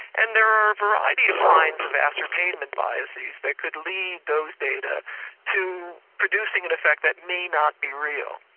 and there are a variety of kinds of ascertainment biases that could lead those data to producing an effect that may not be real.